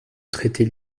traiter